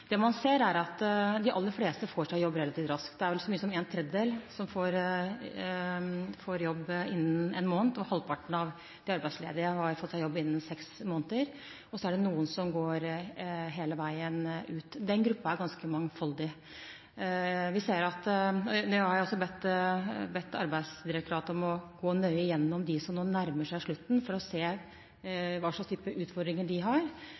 Det man ser, er at de aller fleste får seg jobb relativt raskt. Det er vel så mye som en tredjedel som får jobb innen en måned, halvparten av de arbeidsledige har fått seg jobb innen seks måneder, og så er det noen som går hele veien ut. Den gruppen er ganske mangfoldig. Nå har jeg også bedt Arbeids- og velferdsdirektoratet om å gå nøye igjennom sakene til dem som nå nærmer seg slutten av perioden, for å se hva slags type utfordringer de har,